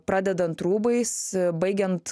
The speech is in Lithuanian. pradedant rūbais baigiant